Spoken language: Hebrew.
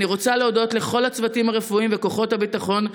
אני רוצה להודות לכל הצוותים הרפואיים וכוחות הביטחון,